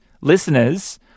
listeners